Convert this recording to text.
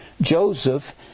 Joseph